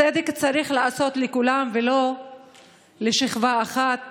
צדק צריך להיעשות לכולם ולא לשכבה אחת